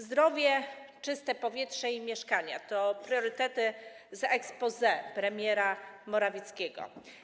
Zdrowie, czyste powietrze i mieszkania to priorytety z exposé premiera Morawieckiego.